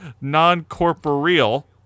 Non-corporeal